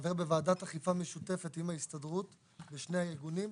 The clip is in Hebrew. חבר בוועדת אכיפה משותפת עם ההסתדרות ושני הארגונים.